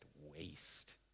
waste